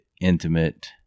intimate